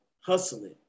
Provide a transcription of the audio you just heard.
hustling